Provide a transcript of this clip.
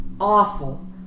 awful